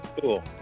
Cool